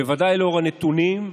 בוודאי לנוכח הנתונים,